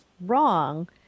wrong